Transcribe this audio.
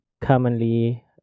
commonly